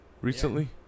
recently